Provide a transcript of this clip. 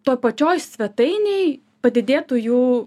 to pačioj svetainėj padidėtų jų